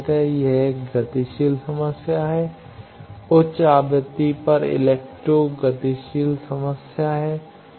जाहिर है यह एक गतिशील समस्या है उच्च आवृत्ति पर इलेक्ट्रो गतिशील समस्या